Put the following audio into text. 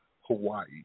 Hawaii